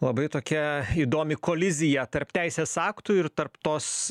labai tokia įdomi kolizija tarp teisės aktų ir tarp tos